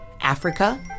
Africa